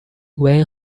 when